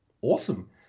awesome